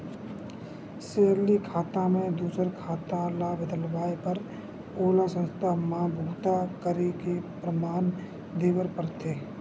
salary खाता म दूसर खाता ल बदलवाए बर ओला संस्था म बूता करे के परमान देबर परथे